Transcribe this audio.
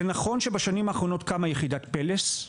זה נכון שבשנים האחרונות קמה יחידת "פלס".